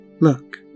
Look